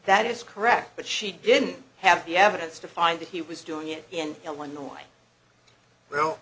that is correct but she didn't have the evidence to find that he was doing it in illinois